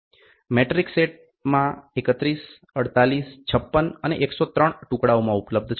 metric સેટમાં 31 48 56 અને 103 ટુકડાઓમાં ઉપલબ્ધ છે